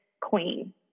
queen